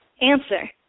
Answer